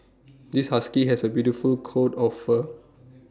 this husky has A beautiful coat of fur